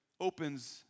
Opens